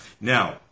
now